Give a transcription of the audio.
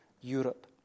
Europe